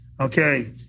Okay